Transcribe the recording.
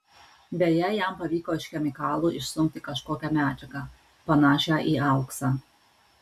beje jam pavyko iš chemikalų išsunkti kažkokią medžiagą panašią į auksą